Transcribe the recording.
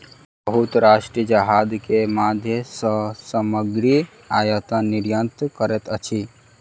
बहुत राष्ट्र जहाज के माध्यम सॅ सामग्री आयत निर्यात करैत अछि